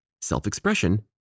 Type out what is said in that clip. self-expression